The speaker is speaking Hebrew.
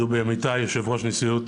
אני יושב-ראש נשיאות